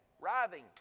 writhing